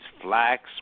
flax